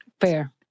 Fair